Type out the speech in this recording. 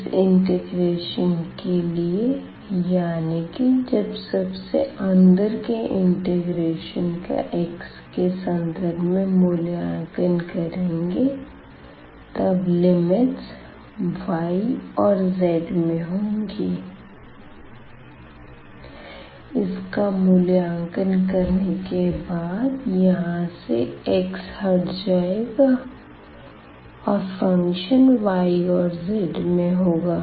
इस इंटीग्रेशन के लिए यानी कि जब सबसे अंदर के इंटिग्रेशन का x के संदर्भ में मूल्यांकन करेंगे तब लिमिट्स y और z में होंगी इसका मूल्यांकन करने के बाद यहां से x हट जाएगा और फ़ंक्शन y और z में होगा